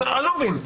אז אני לא מבין,